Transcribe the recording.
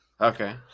Okay